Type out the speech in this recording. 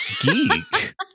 geek